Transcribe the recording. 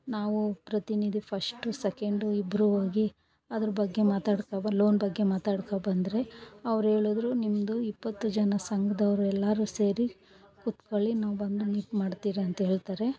ನಾವು ಪ್ರತಿನಿಧಿ first second ಇಬ್ಬರು ಹೋಗಿ ಅದ್ರ ಬಗ್ಗೆ ಮಾತಾಡ್ಕೊ ಬ ಲೋನ್ ಬಗ್ಗೆ ಮಾತಾಡ್ಕೊ ಬಂದರೆ ಅವ್ರು ಹೇಳುದ್ರು ನಿಮ್ಮದು ಇಪ್ಪತ್ತು ಜನ ಸಂಘದವ್ರು ಎಲ್ಲರು ಸೇರಿ ಕುತ್ಕೊಳ್ಳಿ ನಾವು ಬಂದು ಮೀಟ್ ಮಾಡ್ತೀರ ಅಂತ ಹೇಳ್ತಾರೆ